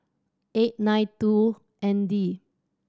eight nine two and D